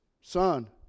son